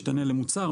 משתנה למוצר,